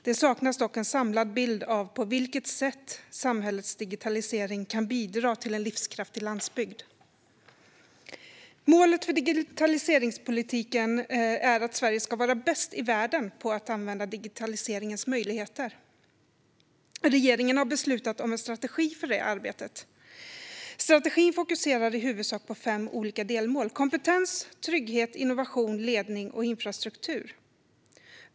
Det saknas dock en samlad bild av på vilket sätt samhällets digitalisering kan bidra till en livskraftig landsbygd. Målet för digitaliseringspolitiken är att Sverige ska vara bäst i världen på att använda digitaliseringens möjligheter. Regeringen har beslutat om en strategi för detta arbete. Strategin fokuserar i huvudsak på fem olika delmål: kompetens, trygghet, innovation, ledning och infrastruktur.